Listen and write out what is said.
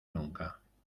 nunca